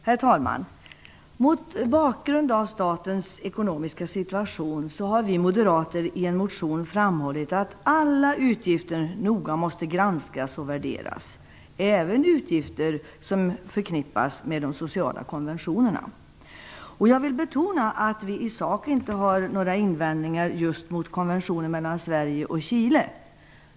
Herr talman! Mot bakgrund av statens ekonomiska situation har vi moderater i en motion framhållit att alla utgifter noga måste granskas och värderas - även utgifter som förknippas med de sociala konventionerna. Jag vill betona att vi i sak inte har några invändningar just mot konventionen mellan Sverige och Chile.